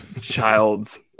Child's